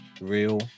real